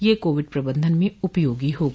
यह कोविड प्रबंधन में उपयोगी होगा